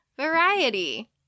variety